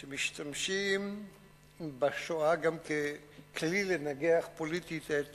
שמשתמשים בשואה גם ככלי לנגח פוליטית את